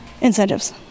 incentives